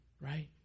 right